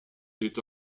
est